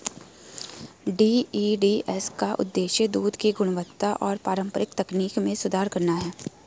DEDS का उद्देश्य दूध की गुणवत्ता और पारंपरिक तकनीक में सुधार करना है